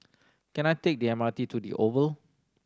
can I take the M R T to The Oval